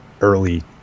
early